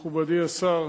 מכובדי השר,